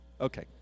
Okay